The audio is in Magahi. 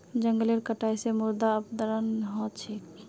जंगलेर कटाई स मृदा अपरदन ह छेक